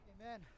Amen